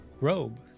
robe